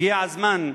הגיע הזמן,